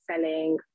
selling